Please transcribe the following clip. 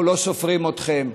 אנחנו לא סופרים אתכם,